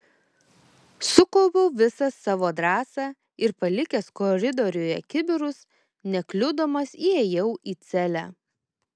sukaupiau visą savo drąsą ir palikęs koridoriuje kibirus nekliudomas įėjau į celę